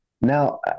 now